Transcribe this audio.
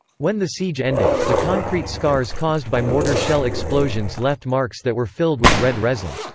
when the siege ended, the concrete scars caused by mortar shell explosions left marks that were filled with red resin.